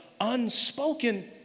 unspoken